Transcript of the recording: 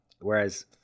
whereas